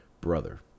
brother